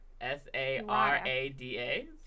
S-A-R-A-D-A